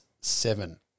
seven